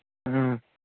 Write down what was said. ꯑ